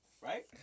Right